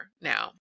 now